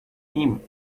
him